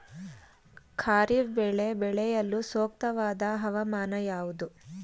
ಖಾರಿಫ್ ಬೆಳೆ ಬೆಳೆಯಲು ಸೂಕ್ತವಾದ ಹವಾಮಾನ ಯಾವುದು?